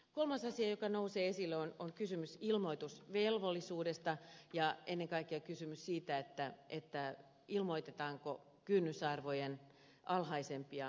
kolmas asia joka nousee esille on kysymys ilmoitusvelvollisuudesta ja ennen kaikkea kysymys siitä ilmoitetaanko arvoltaan kynnysarvoja alhaisempia hankintoja